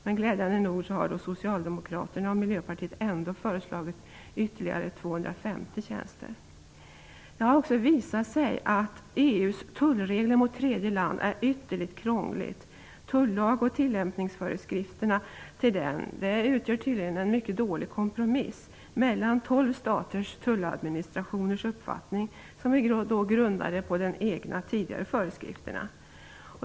Men glädjande nog har Socialdemokraterna och Miljöpartiet ändå föreslagit ytterligare 250 tjänster. Det har också visat sig att EU:s tullregler mot tredje land är ytterligt krångliga. Tullagen och tillämpningsföreskrifterna till den utgör tydligen en mycket dålig kompromiss mellan tolv staters tulladministrationers uppfattning, grundad på de egna tidigare föreskrifterna.